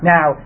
Now